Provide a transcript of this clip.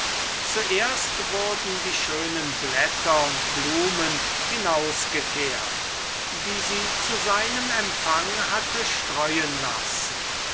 zuerst wurden die schönen blätter und blumen hinausgekehrt die sie zu seinem empfang hatte streuen lassen